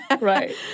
right